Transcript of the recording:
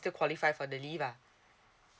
qualify for the leave lah